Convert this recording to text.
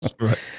right